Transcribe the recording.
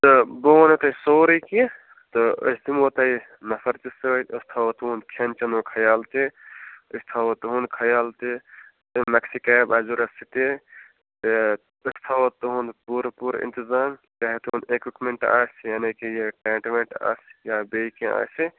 تہٕ بہٕ وَنہو تۄہہِ سورُے کیٚنٛہہ تہٕ أسۍ دِمہو تۄہہِ نفر تہِ سۭتۍ أسۍ تھاوَو تُہُنٛد کھٮ۪ن چٮ۪نُک خیال تہِ أسۍ تھاوَو تُہُنٛد خیال تہِ تۄہہِ میکسی کیب آسہِ ضروٗرت سُہ تہِ تہٕ پٮ۪ٹھٕ تھاوَو تُہُنٛد پوٗرٕ پوٗرِ اَنتِظام چاہے تُہُنٛد ایکیٛوٗپمٮ۪نٛٹ آسہِ یعنے کہِ یہِ ٹینٛٹ وینٛٹ آسہِ یا بیٚیہِ کیٚنٛہہ آسہِ